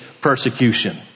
persecution